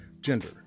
gender